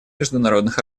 международных